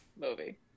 movie